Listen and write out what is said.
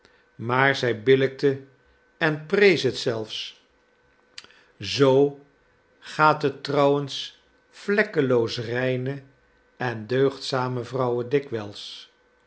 maar zij billijkte en prees het zelfs zoo gaat het trouwens vlekkeloos reine en deugdzame vrouwen dikwijls